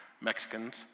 Mexicans